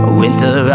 winter